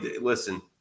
listen